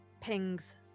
pings